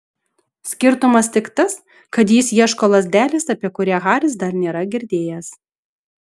skirtumas tik tas kad jis ieško lazdelės apie kurią haris dar nėra girdėjęs